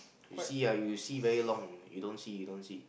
you see ah you see very long you don't see you don't see